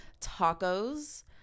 Tacos